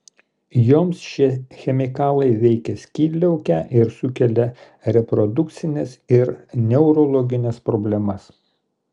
joms šie chemikalai veikia skydliaukę ir sukelia reprodukcines ir neurologines problemas